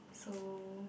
so